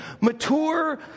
mature